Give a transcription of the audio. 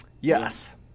Yes